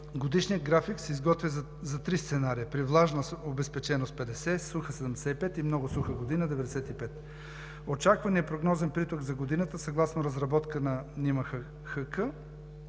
Годишният график се изготвя за три сценария: при влажна обезпеченост – 50, суха – 75, и много суха година – 95. Очакваният прогнозен приток за годината съгласно разработка на НИМХ